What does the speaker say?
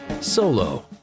Solo